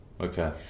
Okay